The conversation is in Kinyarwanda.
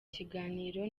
kiganiro